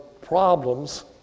problems